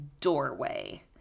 doorway